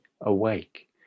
awake